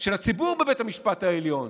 של הציבור בבית המשפט העליון,